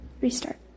Restart